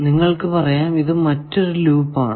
നിങ്ങൾക്കു പറയാം ഇത് മറ്റൊരു ലൂപ്പ് ആണ്